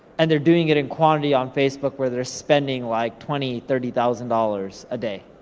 and they're doing it in quantity on facebook, where they're spending, like twenty, thirty thousand dollars a day.